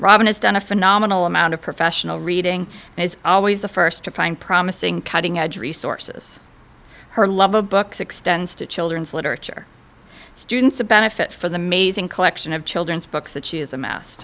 robin has done a phenomenal amount of professional reading and is always the first to find promising cutting edge resources her love of books extends to children's literature students a benefit for the maison collection of children's books that she is amass